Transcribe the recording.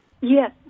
Yes